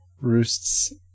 roosts